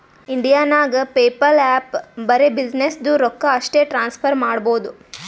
India ನಾಗ್ PayPal app ಬರೆ ಬಿಸಿನ್ನೆಸ್ದು ರೊಕ್ಕಾ ಅಷ್ಟೇ ಟ್ರಾನ್ಸಫರ್ ಮಾಡಬೋದು